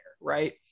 Right